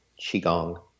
qigong